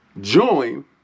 join